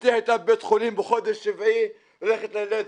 אשתי היתה בבית חולים בחודש שביעי, הולכת ללדת.